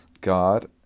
God